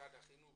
במשרד החינוך